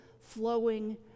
flowing